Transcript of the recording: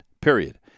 period